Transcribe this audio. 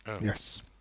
Yes